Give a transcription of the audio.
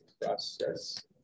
process